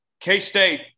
K-State